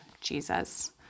Jesus